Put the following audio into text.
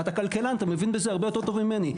אתה כלכלן, אתה מבין בזה הרבה יותר טוב ממני.